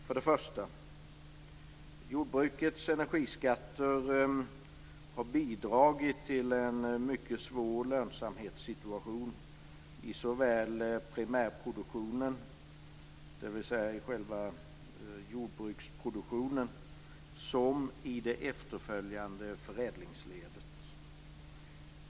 För det första: Jordbrukets energiskatter har bidragit till en mycket svår lönsamhetssituation i såväl primärproduktionen, dvs. själva jordbruksproduktionen, som det efterföljande förädlingsledet.